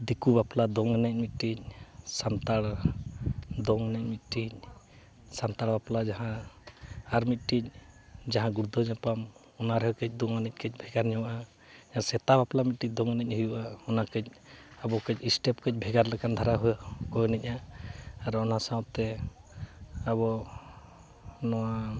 ᱫᱤᱠᱩ ᱵᱟᱯᱞᱟ ᱫᱚᱝ ᱮᱱᱮᱡ ᱢᱤᱫᱴᱤᱡ ᱥᱟᱱᱛᱟᱲ ᱫᱚᱝ ᱮᱱᱮᱡ ᱢᱤᱫᱴᱤᱡ ᱥᱟᱱᱛᱟᱲ ᱵᱟᱯᱞᱟ ᱡᱟᱦᱟᱸ ᱟᱨ ᱢᱤᱫᱴᱤᱡ ᱡᱟᱦᱟᱸ ᱜᱩᱲᱫᱟᱹᱣ ᱧᱟᱯᱟᱢ ᱚᱱᱟ ᱨᱮ ᱠᱟᱹᱡ ᱫᱚᱝ ᱮᱱᱮᱡ ᱠᱟᱹᱡ ᱵᱷᱮᱜᱟᱨ ᱧᱚᱜᱼᱟ ᱥᱮᱛᱟ ᱵᱟᱯᱞᱟ ᱢᱤᱫᱴᱤᱡ ᱫᱚᱝ ᱮᱱᱮᱡ ᱦᱩᱭᱩᱜᱼᱟ ᱚᱱᱟ ᱠᱟᱹᱡ ᱟᱵᱚ ᱠᱟᱹᱡ ᱮᱥᱴᱮᱯ ᱠᱟᱹᱡ ᱵᱷᱮᱜᱟᱨ ᱞᱮᱠᱟᱱ ᱫᱷᱟᱨᱟ ᱠᱚ ᱮᱱᱮᱡᱟ ᱟᱨ ᱚᱱᱟ ᱥᱟᱶᱛᱮ ᱟᱵᱚ ᱱᱚᱣᱟ